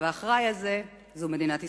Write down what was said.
והאחראי הזה זו מדינת ישראל.